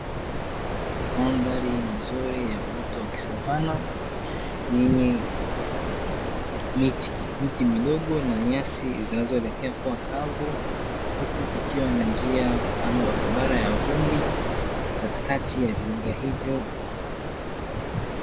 Mandhari mazuri ya uoto wa kisavana yenye miti midogo na nyasi zinazoelekea kuwa kavu, huku kiwa na njia ama barabara ya vumbi katikati ya viunga hivyo.